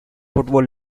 football